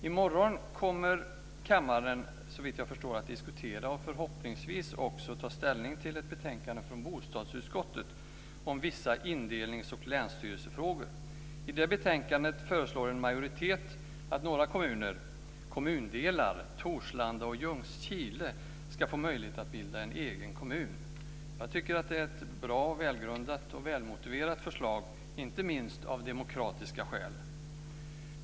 I morgon kommer kammaren, såvitt jag förstår, att diskutera och förhoppningsvis också ta ställning till ett betänkande från bostadsutskottet om vissa indelnings och länsstyrelsefrågor. I det betänkandet föreslår en majoritet att några kommundelar, Torslanda och Ljungskile, ska få möjlighet att bilda en egen kommun. Det är ett bra, välgrundat och välmotiverat förslag, inte minst av demokratiska skäl.